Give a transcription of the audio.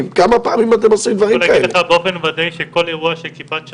ולהגיש כתב אישום במקרים המתאימים.